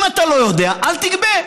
אם אתה לא יודע, אל תגבה.